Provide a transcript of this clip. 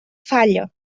falla